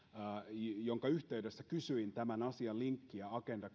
jonka yhteydessä kysyin tämän asian linkkiä agenda